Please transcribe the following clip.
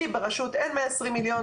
לי ברשות אין 120 מיליון,